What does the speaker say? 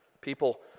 People